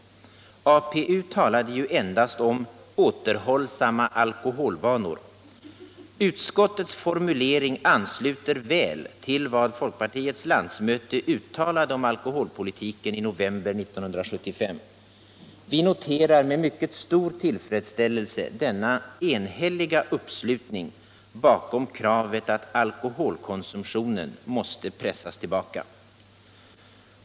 APU talade ju endast om ”återhållsamma alkoholvanor”. Utskottets formulering ansluter väl till vad folkpartiets landsmöte uttalade om alkoholpolitiken i november 1975. Vi noterar med mycket stor tillfredsställelse denna enhälliga uppslutning bakom kravet att alkoholkonsumtionen måste pressas tillbaka.